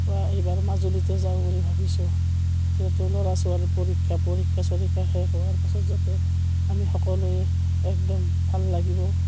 এইবাৰ মাজুলীতে যাওঁ বুলি ভাবিছোঁ যিহেতু ল'ৰা ছোৱালীৰ পৰীক্ষা পৰীক্ষা চৰীক্ষা শেষ হোৱাৰ পাছত যাতে আমি সকলোৱে একদম ভাল লাগিব